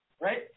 Right